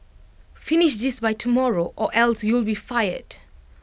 finish this by tomorrow or else you'll be fired